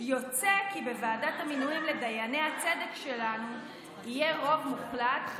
יוצא כי בוועדת המינויים לדייני הצדק שלנו יהיה רוב מוחלט,